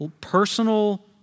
personal